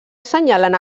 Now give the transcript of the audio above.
assenyalen